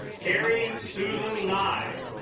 carrie's susan nine